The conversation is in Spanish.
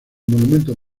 monumentos